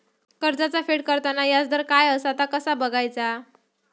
कर्जाचा फेड करताना याजदर काय असा ता कसा बगायचा?